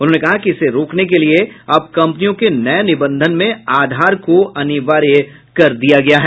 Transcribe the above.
उन्होंने कहा कि इसे रोकने के लिए अब कम्पनियों के नये निबंधन में आधार को अनिवार्य कर दिया गया है